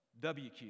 WQ